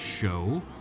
Show